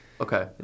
Okay